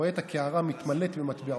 הוא רואה את הקערה מתמלאת במטבעות,